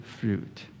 fruit